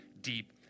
deep